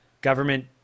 government